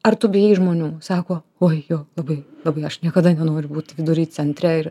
ar tu bijai žmonių sako oi jo labai labai aš niekada nenoriu būt vidury centre ir